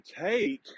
take